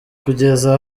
kugeza